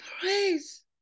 praise